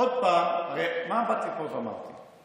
עוד פעם, מה באתי ואמרתי פה?